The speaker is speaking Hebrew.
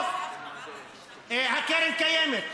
או הקרן הקיימת?